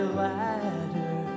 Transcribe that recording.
ladder